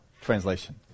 translation